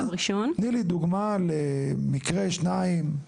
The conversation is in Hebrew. תני לי דוגמה למקרה, שניים,